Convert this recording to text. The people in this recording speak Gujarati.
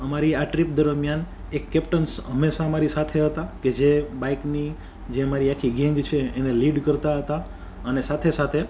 અમારી આ ટ્રીપ દરમ્યાન એક કેપ્ટન્સ હંમેશા અમારી સાથે હતા કે જે બાઈકની જે અમારી આખી ગેંગ છે એને લીડ કરતાં હતા અને સાથે સાથે